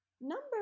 Number